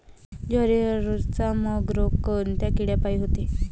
जवारीवरचा मर रोग कोनच्या किड्यापायी होते?